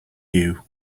you